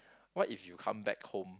what if you come back home